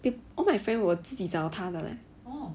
they all my friend 我自己找他的 leh